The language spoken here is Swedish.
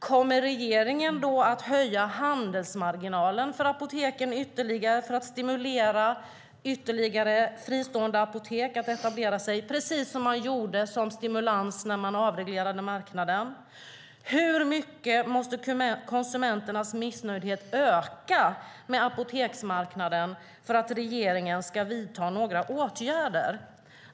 Kommer regeringen då att höja handelsmarginalen för apoteken ytterligare för att stimulera fler fristående apotek att etablera sig, precis som man gjorde som stimulans när man avreglerade marknaden? Hur mycket måste konsumenternas missnöje med apoteksmarknaden öka för att regeringen ska vidta några åtgärder?